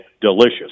delicious